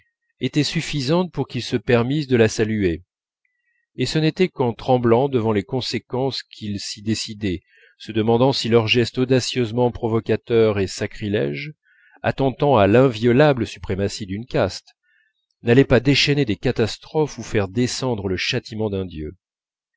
étaient suffisantes pour qu'ils se permissent de la saluer et ce n'était qu'en tremblant devant les conséquences qu'ils s'y décidaient se demandant si leur geste audacieusement provocateur et sacrilège attentant à l'inviolable suprématie d'une caste n'allait pas déchaîner des catastrophes ou faire descendre le châtiment d'un dieu